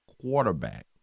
quarterback